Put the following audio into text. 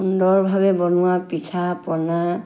সুন্দৰভাৱে বনোৱা পিঠা পনা